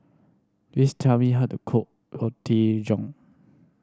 please tell me how to cook Roti John